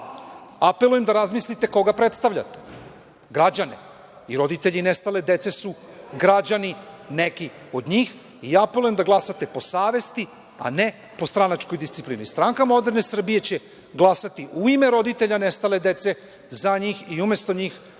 Apelujem da razmislite koga predstavljate. Građane. Roditelji nestale dece su građani neki od njih i apelujem da glasate po savesti, a ne po stranačkoj disciplini. Stranka moderne Srbije će glasati u ime roditelja nestale dece za njih i umesto njih,